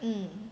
mm